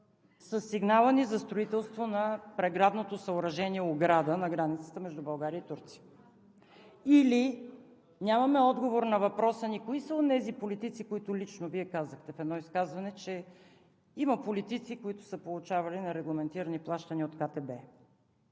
по сигнала за строителство на преградното съоръжение – ограда, на границата между България и Турция. Нямаме отговор на въпроса ни: кои са онези политици – които лично Вие казахте в едно изказване, че има политици, които са получавали нерегламентирани плащания от КТБ?